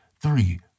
three